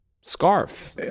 scarf